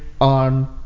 on